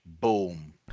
Boom